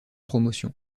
promotion